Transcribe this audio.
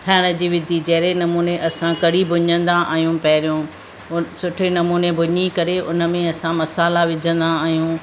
ठाहिण जी विधी जहिड़े नमूने असां कढ़ी भुञंदा आहियूं पहरियों उ सुठे नमूने भुञी करे उनमें असां मसाला विझंदा आहियूं